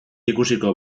ikusiko